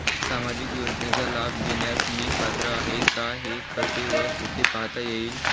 सामाजिक योजनेचा लाभ घेण्यास मी पात्र आहे का हे कसे व कुठे पाहता येईल?